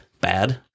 bad